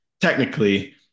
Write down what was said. Technically